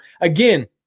again